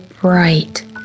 bright